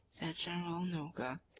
their general noga,